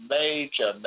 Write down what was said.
major